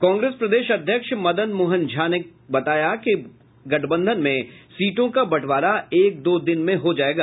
कांग्रेस प्रदेश अध्यक्ष मदन मोहन झा ने बताया कि गठबंधन में सीटों का बंटवारा एक दो दिन में हो जायेगा